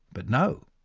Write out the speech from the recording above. but no,